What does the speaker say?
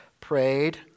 prayed